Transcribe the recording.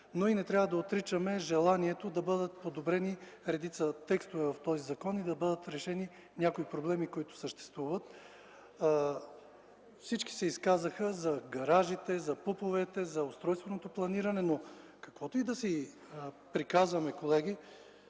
но и не трябва да отричаме желанието да бъдат подобрени редица текстове в този закон и да бъдат решени някои проблеми, които съществуват. Всички се изказаха за гаражите, за ПУП-овете, за устройственото планиране, но каквото и да си приказваме, колеги,